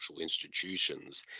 institutions